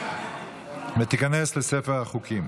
ותיכנס לספר החוקים.